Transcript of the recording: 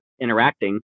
interacting